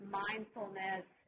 mindfulness